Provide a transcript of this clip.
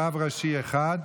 רב ראשי אחד),